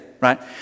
right